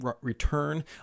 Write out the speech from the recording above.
return